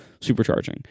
supercharging